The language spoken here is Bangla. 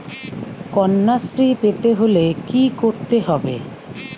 কন্যাশ্রী পেতে হলে কি করতে হবে?